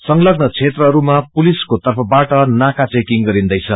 संलब्न क्षेत्रहरूमा पुलिसको तर्फबाट नका चेकिङ गरिंदैछ